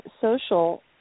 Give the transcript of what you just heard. Social